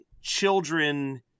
children